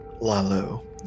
Lalo